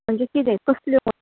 म्हणजे कितें कसल्यो भाजयो